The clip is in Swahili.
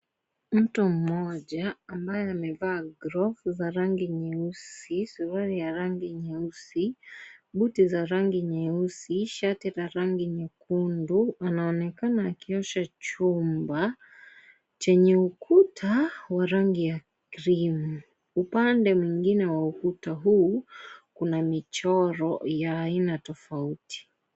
Mtu mmoja ambaye amevaa glovu za rangi nyeusi, suruali ya rangi nyeusi, buti za rangi nyeusi, shati la rangi nyekundu anaonekana akiosha chumba chenye ukuta wa rangi ya krimu. Upande mwingine wa ukuta huu kuna michoro ya aina tofauti.